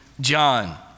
John